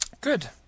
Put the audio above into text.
Good